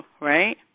right